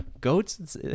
goats